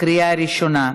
בקריאה הראשונה.